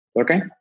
Okay